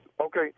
Okay